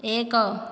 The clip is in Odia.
ଏକ